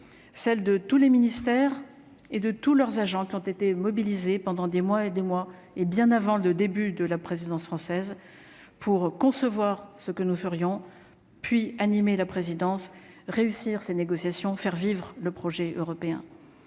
celle de tous les ministères et de tous leurs agents qui ont été mobilisés pendant des mois et des mois, hé bien avant le début de la présidence française pour concevoir ce que nous ferions puis animé la présidence réussir ces négociations, faire vivre le projet européen